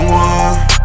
one